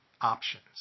options